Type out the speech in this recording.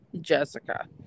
Jessica